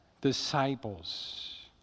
disciples